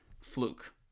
Fluke